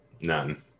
None